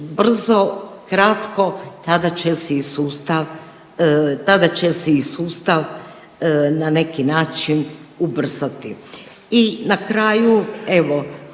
brzo, kratko tada će se i sustav na neki način ubrzati. I na kraju evo